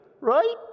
right